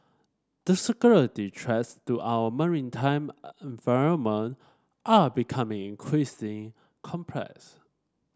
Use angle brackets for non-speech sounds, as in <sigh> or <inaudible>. the security threats to our maritime <unintelligible> environment are becoming increasingly complex